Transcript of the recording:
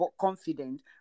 confident